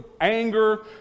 anger